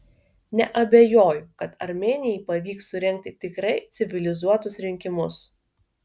neabejoju kad armėnijai pavyks surengti tikrai civilizuotus rinkimus